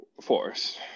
force